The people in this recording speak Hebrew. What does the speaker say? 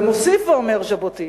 ומוסיף ואומר ז'בוטינסקי: